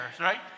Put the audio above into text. right